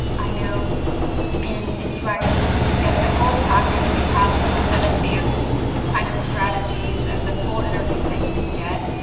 i know and if you guys get the gold package we have some of the advanced kind of strategies and the full interviews that you can get.